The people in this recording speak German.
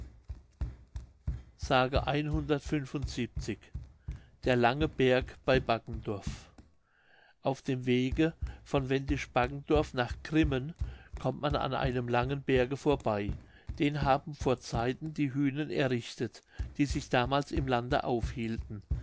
der lange berg bei baggendorf auf dem wege von wendisch baggendorf nach grimmen kommt man an einem langen berge vorbei den haben vor zeiten die hühnen errichtet die sich damals im lande aufhielten